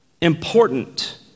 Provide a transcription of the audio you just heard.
important